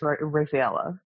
Rafaela